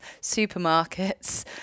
supermarkets